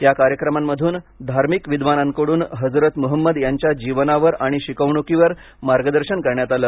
या कार्यक्रमांमधून धार्मिक विद्वानांकडून हजरत मुहम्मद यांच्या जीवनावर आणि शिकवणुकीवर मार्गदर्शन करण्यात आले